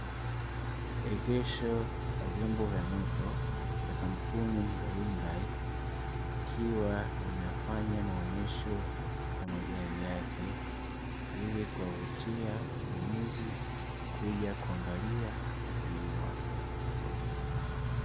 Egesho la vyombo vya moto ya kampuni ya Yundai ikiwa inafanya maonesho ya magari yake, ili kuwavuti wanunuzi kuja kuangalia na kununua.